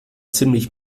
ziemlich